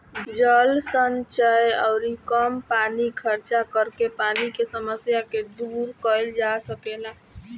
जल संचय अउरी कम पानी खर्चा करके पानी के समस्या के दूर कईल जा सकेला